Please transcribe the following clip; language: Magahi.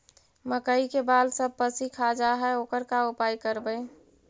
मकइ के बाल सब पशी खा जा है ओकर का उपाय करबै?